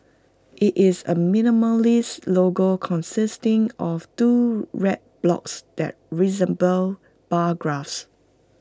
IT is A minimalist logo consisting of two red blocks that resemble bar graphs